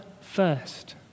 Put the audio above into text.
first